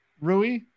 Rui